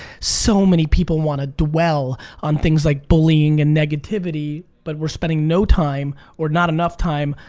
so many people want to dwell on things like bullying and negativity but we're spending no time or not enough time,